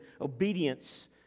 obedience